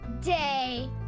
day